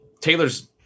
Taylor's